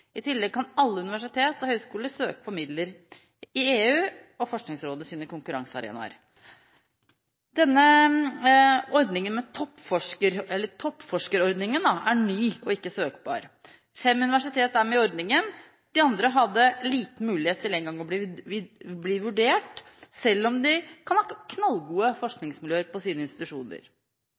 I tillegg kan alle universitet og høyskoler søke om midler i EU og Forskningsrådets konkurransearenaer. Denne toppforskerordningen er ny og ikke søkbar. Fem universitet er med i ordningen. De andre hadde liten mulighet til engang å bli vurdert, selv om de kan ha knallgode forskningsmiljøer på sine institusjoner.